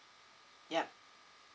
yup